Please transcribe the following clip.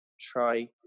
Try